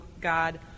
God